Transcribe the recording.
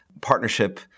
partnership